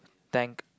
thank